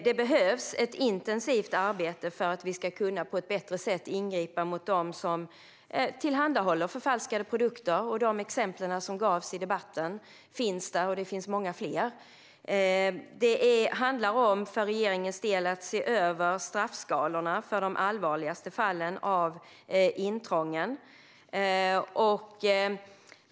Det behövs ett intensivt arbete för att vi på ett bättre sätt ska kunna ingripa mot dem som tillhandahåller förfalskade produkter. Det gavs några exempel i debatten, och det finns många fler. För regeringens del handlar det om att se över straffskalorna för de allvarligaste fallen av intrång.